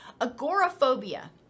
agoraphobia